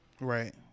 Right